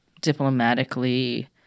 diplomatically